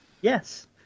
Yes